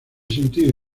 sentido